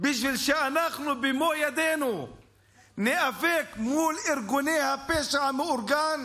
בשביל שאנחנו במו ידינו ניאבק מול ארגוני הפשע המאורגן,